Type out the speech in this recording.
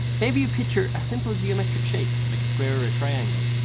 maybe you picture a simple geometric shape like a square or a triangle,